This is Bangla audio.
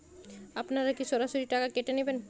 আপনারা কি সরাসরি টাকা কেটে নেবেন?